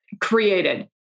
created